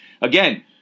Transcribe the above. Again